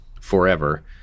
forever